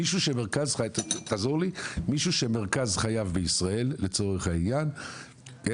מישהו שמרכז חייב בישראל לצורך העניין,